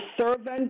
servant